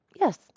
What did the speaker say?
Yes